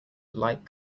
light